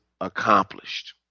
accomplished